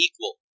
equal